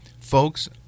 folks